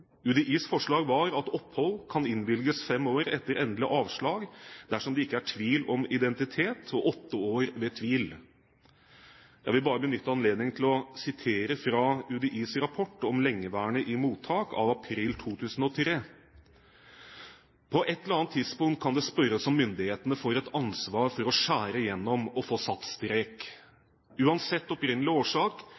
UDIs forslag var at «opphold kan innvilges fem år etter endelig avslag dersom det ikke er tvil om identitet, og åtte år ved tvil». Jeg vil bare benytte anledningen til å sitere fra UDIs rapport om lengeværende i mottak av april 2003: «På et eller annet tidspunkt kan det spørres om myndighetene får et ansvar for å skjære igjennom og få satt strek.